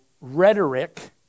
rhetoric